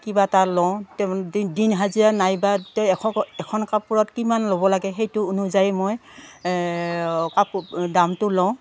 কিবা এটা লওঁ দিন হাজিৰা নাইবা তেওঁ এ এখন কাপোৰত কিমান ল'ব লাগে সেইটো অনুযায়ী মই কাপোৰ দামটো লওঁ